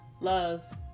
loves